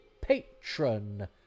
patron